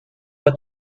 but